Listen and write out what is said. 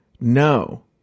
No